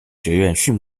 学院